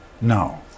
No